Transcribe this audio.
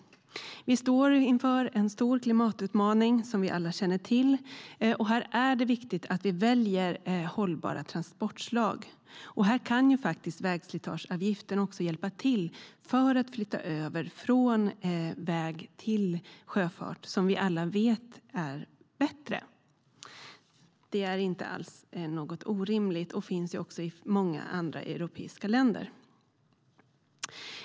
Vi står inför en stor klimatutmaning som vi alla känner till. Här är det viktigt att vi väljer hållbara transportslag. Vägslitageavgiften kan också bidra till en överflyttning från väg till sjöfart, som vi alla vet är bättre. Det är inte alls orimligt, och det finns också i många andra europeiska länder.